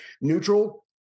neutral